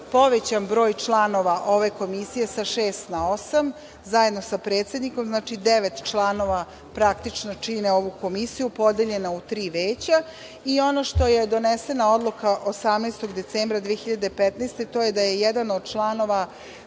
povećan broj članova ove Komisije sa šest na osam. Zajedno sa predsednikom, znači devet članova, praktično čine ovu Komisiju, podeljena u tri veća i ono što je donesena odluka 18. decembra 2015. godine, to je da je jedan od članova